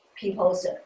people's